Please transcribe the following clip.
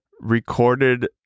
recorded